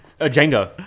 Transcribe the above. Jenga